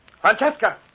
Francesca